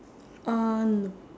uh no